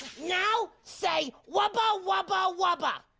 now say, wubba, wubba, wubba!